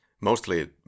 mostly